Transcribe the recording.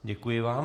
Děkuji vám.